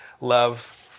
love